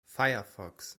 firefox